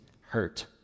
hurt